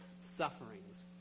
sufferings